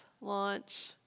launch